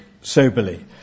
soberly